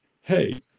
hey